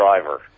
driver